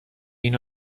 اینو